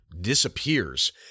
disappears